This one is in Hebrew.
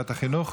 לוועדת החינוך,